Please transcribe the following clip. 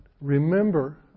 remember